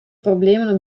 problemen